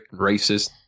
racist